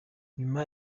nyuma